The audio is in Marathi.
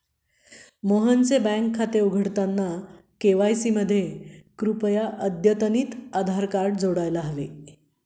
मोहनचे बँक खाते उघडताना के.वाय.सी मध्ये कृपया अद्यतनितआधार कार्ड जोडायला हवे